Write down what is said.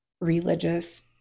religious